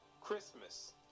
Christmas